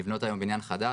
לבנות היום בניין חדש,